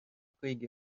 kõige